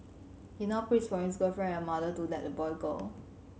he ignored pleas from his girlfriend and her mother to let the boy go